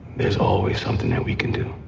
there is always something that we can do.